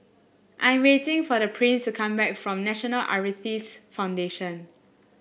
I'm waiting for Prince to come back from National Arthritis Foundation